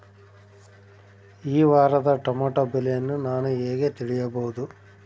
ಈ ವಾರದ ಟೊಮೆಟೊ ಬೆಲೆಯನ್ನು ನಾನು ಹೇಗೆ ತಿಳಿಯಬಹುದು?